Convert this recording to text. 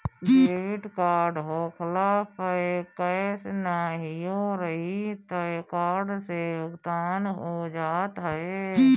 debit card होखला पअ cash नाहियो रही तअ कार्ड से भुगतान हो जात हवे